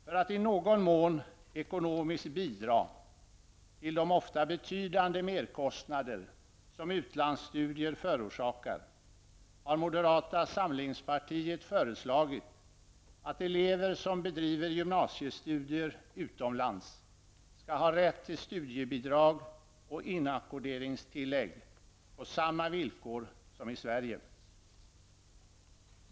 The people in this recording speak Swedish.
För att i någon mån ekonomiskt bidra till de ofta betydande merkostnader som utlandsstudier förorsakar har moderata samlingspartiet föreslagit att elever som bedriver gymnasiestudier utomlands skall ha rätt till studiebidrag och inackorderingstillägg på samma villkor som gäller i Sverige.